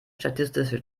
statistische